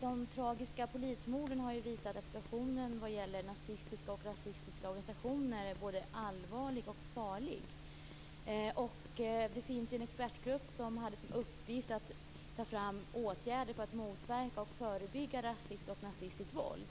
De tragiska polismorden har visat att situationen vad gäller nazistiska och rasistiska organisationer är både allvarlig och farlig. Det fanns en expertgrupp som hade som uppgift att ta fram åtgärder för att motverka och förebygga rasistiskt och nazistiskt våld.